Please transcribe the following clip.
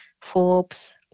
Forbes